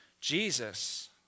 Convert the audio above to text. Jesus